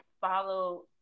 follow